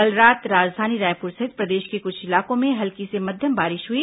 कल रात राजधानी रायपुर सहित प्रदेश के कुछ इलाकों में हल्की से मध्यम बारिश हुई